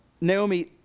Naomi